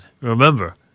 remember